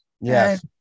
Yes